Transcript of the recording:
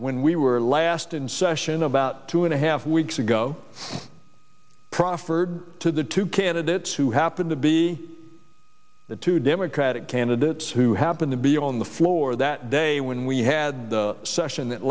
when we were last in session about two and a half weeks ago i proffered to the two candidates who happened to be the two democratic candidate that's who happened to be on the floor that day when we had a session that